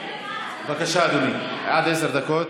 בבקשה, אדוני, עד עשר דקות.